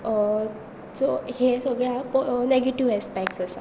so हे सगळ्या negative aspects आसा